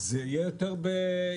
אז הנושא יהיה יותר בדמנו,